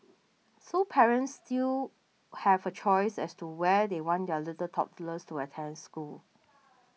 so parents still have a choice as to where they want their little toddlers to attend school